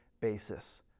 basis